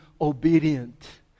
obedient